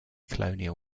colonial